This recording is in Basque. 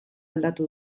aldatu